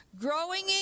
Growing